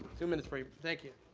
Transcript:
two minutes for you. thank you.